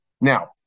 Now